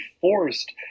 forced